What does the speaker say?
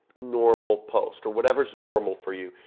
normal post or whatever is normal for you.